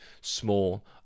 small